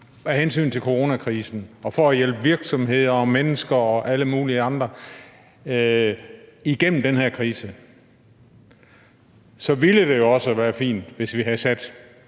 af hensyn til coronakrisen og for at hjælpe virksomheder og mennesker og alle mulige andre igennem den her krise. Så ville det jo også være fint, hvis vi havde sat